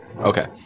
Okay